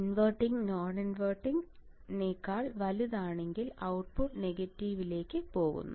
inverting non inverting നേക്കാൾ വലുതാണെങ്കിൽ output നെഗറ്റീവിലേക്ക് പോകുന്നു